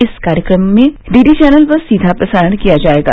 इस कार्यक्रम का डीडी चैनल पर सीधा प्रसारण किया जायेगा